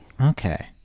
Okay